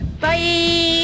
Bye